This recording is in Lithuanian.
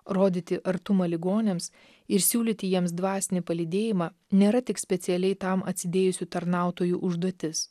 rodyti artumą ligoniams ir siūlyti jiems dvasinį palydėjimą nėra tik specialiai tam atsidėjusių tarnautojų užduotis